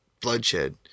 bloodshed